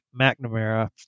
McNamara